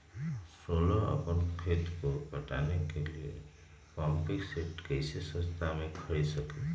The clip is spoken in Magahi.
सोलह अपना खेत को पटाने के लिए पम्पिंग सेट कैसे सस्ता मे खरीद सके?